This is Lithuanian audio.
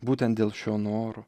būtent dėl šio noro